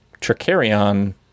Tricarion